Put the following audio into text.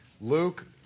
Luke